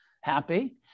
happy